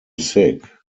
sick